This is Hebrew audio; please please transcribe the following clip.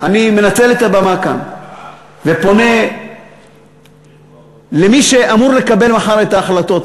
אני מנצל את הבמה כאן ופונה למי שאמור לקבל מחר את ההחלטות,